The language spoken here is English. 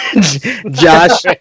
Josh